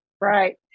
Right